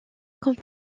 comme